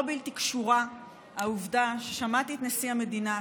לא בלתי קשורה העובדה ששמעתי את נשיא המדינה,